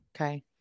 Okay